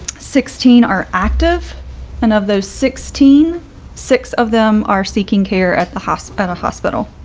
sixteen are active and of those sixteen six of them are seeking care at the hospital hospital.